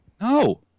No